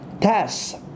test